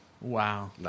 Wow